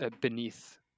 beneath